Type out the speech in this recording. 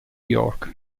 york